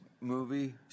movie